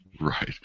Right